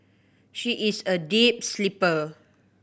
she is a deep sleeper